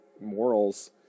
morals